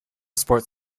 sport